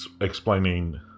explaining